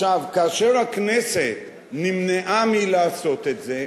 כאשר הכנסת נמנעה מלעשות את זה,